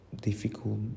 difficult